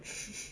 six